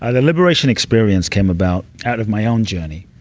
ah the liberation experience came about out of my own journey.